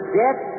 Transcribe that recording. death